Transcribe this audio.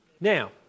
Now